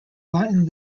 latin